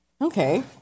Okay